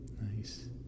Nice